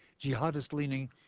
jihadist-leaning